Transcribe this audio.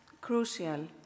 crucial